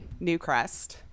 Newcrest